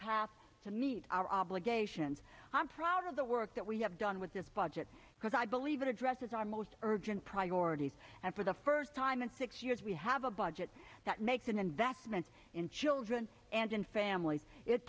path to meet our obligations i'm proud of the work that we have done with this budget because i believe it addresses our most urgent priorities and for the first time in six years we have a budget that makes an investment in children and in famil